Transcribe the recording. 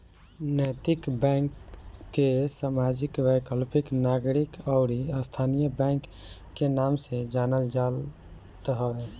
नैतिक बैंक के सामाजिक, वैकल्पिक, नागरिक अउरी स्थाई बैंक के नाम से जानल जात हवे